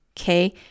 Okay